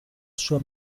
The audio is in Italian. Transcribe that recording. sua